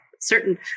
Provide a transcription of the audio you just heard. certain